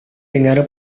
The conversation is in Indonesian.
dengar